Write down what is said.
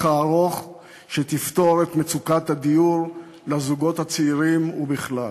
הארוך שתפתור את מצוקת הדיור לזוגות הצעירים ובכלל.